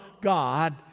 God